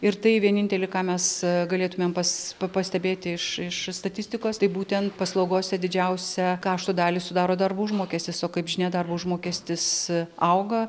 ir tai vienintelį ką mes galėtumėm pas pa pastebėti iš iš statistikos tai būtent paslaugose didžiausią kaštų dalį sudaro darbo užmokestis o kaip žinia darbo užmokestis auga